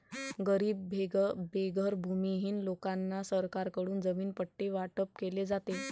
गरीब बेघर भूमिहीन लोकांना सरकारकडून जमीन पट्टे वाटप केले जाते